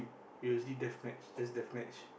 usually Deathmatch that's Deathmatch